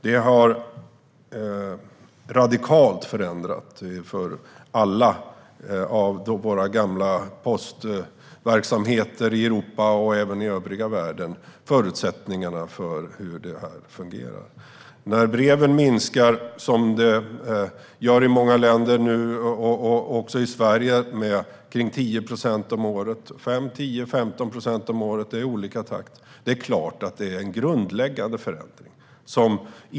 Den har radikalt förändrat förutsättningarna för alla gamla postverksamheter i Europa och även i övriga världen. När breven minskar i antal, som de gör i många länder, också i Sverige, med 5, 10 eller 15 procent om året, är det fråga om en grundläggande förändring.